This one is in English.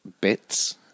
bits